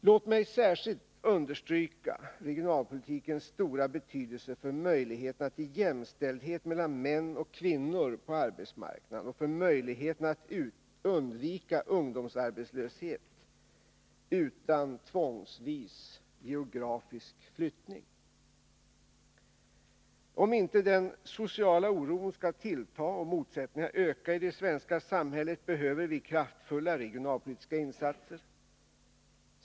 Låt mig särskilt understryka regionalpolitikens stora betydelse för möjligheterna till jämställdhet mellan män och kvinnor på arbetsmarknaden och för möjligheterna att undvika ungdomsarbetslöshet utan tvångsvis geografisk flyttning. Om inte den sociala oron skall tillta och motsättningarna öka i det svenska samhället, behöver vi kraftfulla regionalpolitiska insatser.